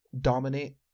dominate